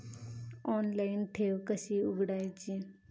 Online ठेव कशी उघडायची?